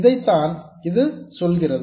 அதைத்தான் இது சொல்கிறது